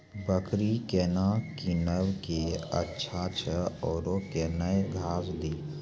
बकरी केना कीनब केअचछ छ औरू के न घास दी?